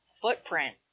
footprint